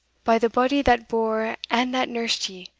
by the body that bore and that nursed ye,